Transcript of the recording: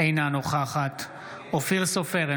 אינה נוכחת אופיר סופר,